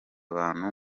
abantu